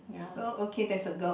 so okay there's a girl